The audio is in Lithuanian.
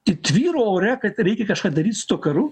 tai tvyro ore kad reikia kažką daryt su tuo karu